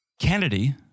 Kennedy